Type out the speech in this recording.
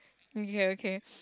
okay okay